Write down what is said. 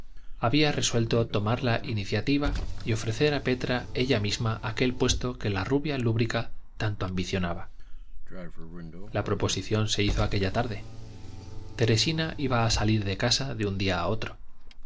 había resuelto tomar la iniciativa y ofrecer a petra ella misma aquel puesto que la rubia lúbrica tanto ambicionaba la proposición se hizo aquella tarde teresina iba a salir de casa de un día a otro